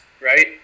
right